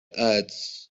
ads